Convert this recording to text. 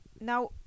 now